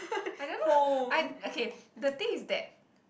I don't know I okay the thing is that